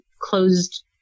closed